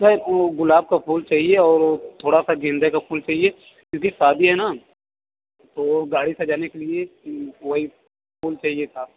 sir वह गुलाब का फूल चाहिए और वह थोड़ा सा गेंदे का फूल चाहिए क्योंकि शादी है ना तो गाड़ी सजाने के लिए वही फुल चाहिए था